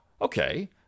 okay